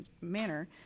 manner